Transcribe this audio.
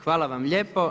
Hvala vam lijepo.